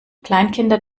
kleinkinder